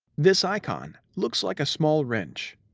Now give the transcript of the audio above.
this icon looks like a small wrench.